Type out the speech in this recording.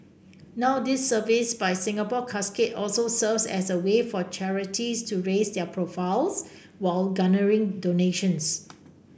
now this service by Singapore Casket also serves as a way for charities to raise their profiles while garnering donations